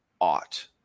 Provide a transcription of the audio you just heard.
ought